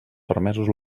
permesos